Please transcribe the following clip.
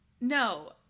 No